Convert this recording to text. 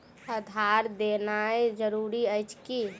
आधार देनाय जरूरी अछि की?